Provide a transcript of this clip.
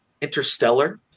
Interstellar